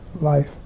life